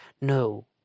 no